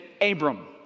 Abram